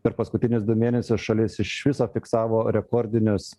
per paskutinius du mėnesius šalis iš viso fiksavo rekordinius